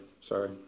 Sorry